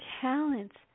talents